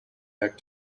back